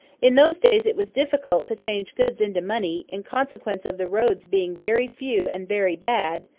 in those days it was difficult to change goods into money, in consequence of the roads being very few and very bad,